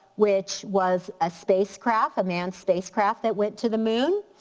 which was a spacecraft, a manned spacecraft that went to the moon.